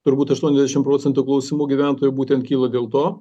turbūt aštuoniasdešim procentų klausimų gyventojų būtent kyla dėl to